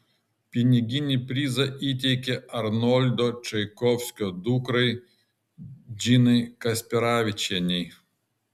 piniginį prizą įteikė arnoldo čaikovskio dukrai džinai kasperavičienei